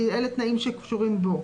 כי אלה תנאים שקשורים בו.